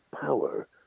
power